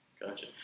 Gotcha